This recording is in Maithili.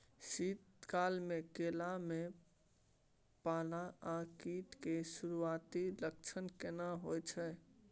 शीत काल में केला में पाला आ कीट के सुरूआती लक्षण केना हौय छै?